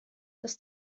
das